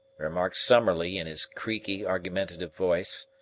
remarked summerlee in his creaky, argumentative voice,